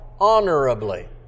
honorably